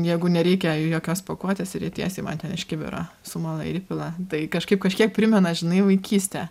jeigu nereikia jokios pakuotės ir jie tiesiai man ten iš kibiro sumala ir įpila tai kažkaip kažkiek primena žinai vaikystę